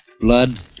Blood